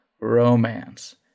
Romance